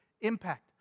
impact